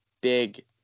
big